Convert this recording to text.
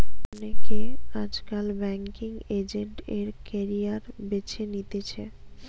অনেকে আজকাল banking agent এর ক্যারিয়ার বেছে নিতেছে